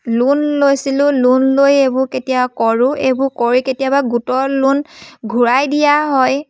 loan লৈছিলোঁ loan লৈ এইবোৰ কেতিয়াবা কৰোঁ এইবোৰ কৰি কেতিয়াবা গোটৰ লোন ঘূৰাই দিয়া হয়